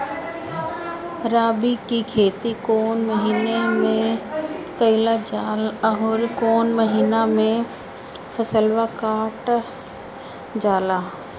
रबी की खेती कौने महिने में कइल जाला अउर कौन् महीना में फसलवा कटल जाला?